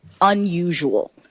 unusual